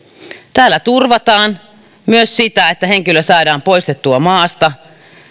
tällä turvataan myös sitä että henkilö saadaan poistettua maasta